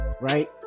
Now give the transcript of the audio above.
right